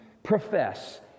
profess